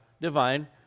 divine